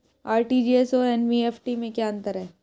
RTGS और NEFT में क्या अंतर है?